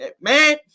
man